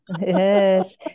Yes